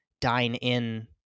dine-in